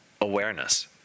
awareness